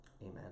Amen